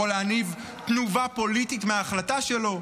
יכול להניב תנובה פוליטית מההחלטה שלו.